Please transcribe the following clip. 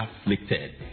afflicted